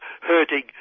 hurting